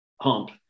hump